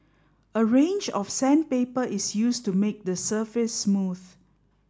a range of sandpaper is used to make the surface smooth